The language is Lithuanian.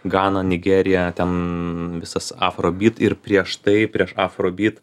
gana nigerija ten visas afrobit ir prieš tai prieš afrobit